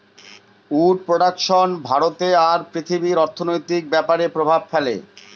would production ভারতে আর পৃথিবীর অর্থনৈতিক ব্যাপরে প্রভাব ফেলে